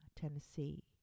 Tennessee